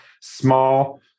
small